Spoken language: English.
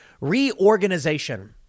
Reorganization